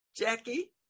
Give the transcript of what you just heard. Jackie